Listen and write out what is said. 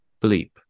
bleep